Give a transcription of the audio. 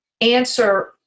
answer